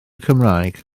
cymraeg